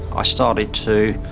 i started to